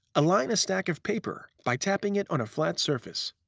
align a stack of paper by tapping it on a flat surface.